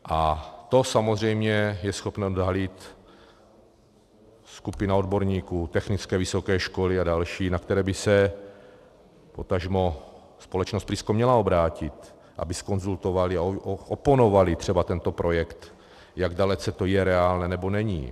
A to je samozřejmě schopna odhalit skupina odborníků, technické vysoké školy a další, na které by se potažmo společnost Prisco měla obrátit, aby zkonzultovali a oponovali třeba tento projekt, jak dalece to je reálné nebo není.